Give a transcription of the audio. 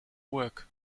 work